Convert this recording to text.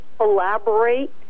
elaborate